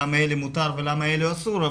למה לאלה מותר ולמה לאלה אסור,